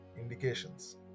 indications